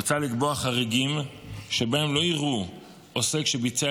מוצע לקבוע חריגים שבהם לא יראו עוסק שביצע